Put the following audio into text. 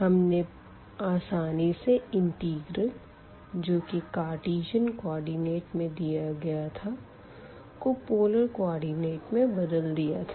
हमने आसानी से इंटिग्रल जो की कार्टीजन कोऑर्डिनेट में दिया गया था को पोलर कोऑर्डिनेट में बदल दिया था